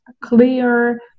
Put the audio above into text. clear